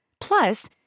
Plus